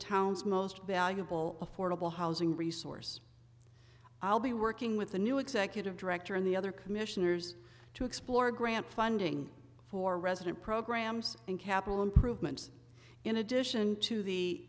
town's most valuable affordable housing resource i'll be working with the new executive director and the other commissioners to explore grant funding for resident programs and capital improvements in addition to the